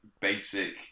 basic